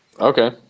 okay